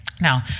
Now